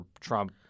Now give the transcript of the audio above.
Trump